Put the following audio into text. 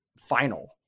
final